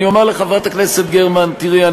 אני אומר לחברת הכנסת גרמן: תראי,